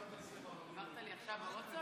העברת לי עכשיו לווטסאפ?